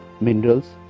minerals